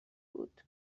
بود